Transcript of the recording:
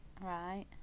Right